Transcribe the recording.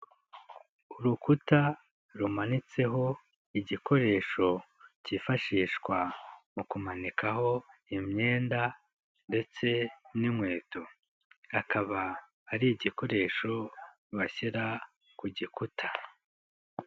Urukuta rumanitseho igikoresho kifashishwa mu kumanikaho imyenda ndetse n'inkweto. Akaba ari igikoresho bashyira ku gikuta.